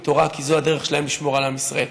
תורה כי זו הדרך שלהם לשמור על עם ישראל.